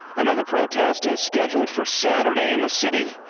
another protest is scheduled for saturday in the city.